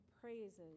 praises